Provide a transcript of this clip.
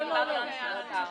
מאסר.